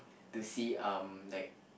to see um like